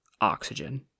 oxygen